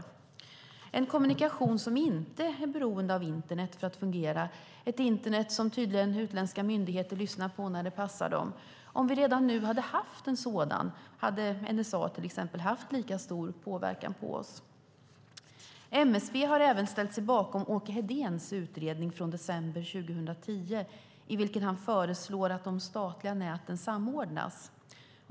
Det handlar om en kommunikation som inte är beroende av internet för att fungera - ett internet som utländska myndigheter tydligen lyssnar på när det passar dem. Om vi redan nu hade haft en sådan - hade då NSA, till exempel, haft lika stor påverkan på oss? MSB har även ställt sig bakom Åke Hedéns utredning från december 2010 i vilken han föreslår att de statliga näten samordnas.